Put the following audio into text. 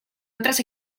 otras